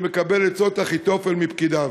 שמקבל עצות אחיתופל מפקידיו.